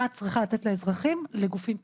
צריכה לתת לאזרחים לגופים פרטיים.